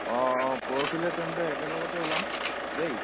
অঁ অঁ পৰহিলৈ তেন্তে একেলগতে ওলাম দেই